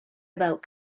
about